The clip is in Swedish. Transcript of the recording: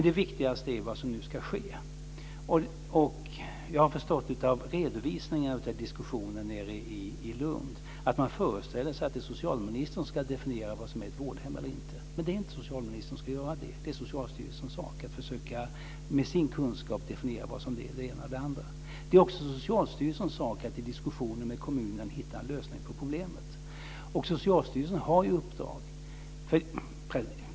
Det viktigaste är vad som nu ska ske. Jag har förstått av redovisningar av diskussioner nere i Lund att man föreställer sig att det är socialministern som ska definiera vad som är ett vårdhem. Men det är inte socialministern som ska göra det, utan det är Socialstyrelsens sak att med sin kunskap försöka definiera vad som är det ena och det andra. Det är också Socialstyrelsens sak att i diskussioner med kommunen hitta en lösning på problemet.